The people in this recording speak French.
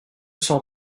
cent